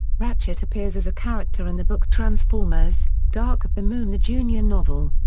ratchet appears as a character in the book transformers dark of the moon the junior novel.